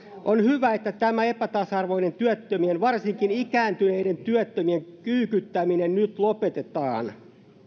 on hyvä että tämä epätasa arvoinen työttömien varsinkin ikääntyneiden työttömien kyykyttäminen nyt lopetetaan